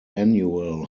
annual